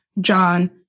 John